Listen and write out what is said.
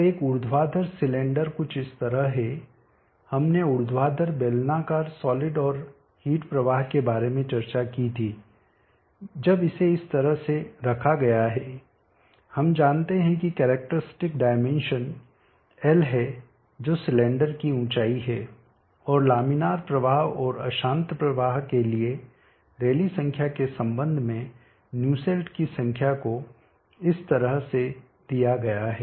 तो एक ऊर्ध्वाधर सिलेंडर कुछ इस तरह है हमने ऊर्ध्वाधर बेलनाकार सॉलिड और हीट प्रवाह के बारे में चर्चा की थी जब इसे इस तरह से रखा गया है हम जानते हैं कि कैरेक्टरस्टिक डायमेंशन l एल है जो सिलेंडर की ऊंचाई है और लामिनार प्रवाह और अशांत प्रवाह के लिए रैली संख्या के संबंध में न्यूसेल्ट की संख्या को इस तरह से दिया गया है